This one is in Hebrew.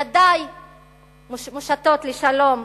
ידי מושטות לשלום.